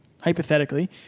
hypothetically